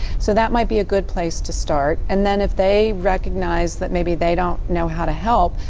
so, that might be a good place to start. and then if they recognize that maybe they don't know how to help,